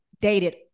dated